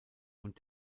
und